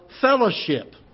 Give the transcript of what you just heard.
fellowship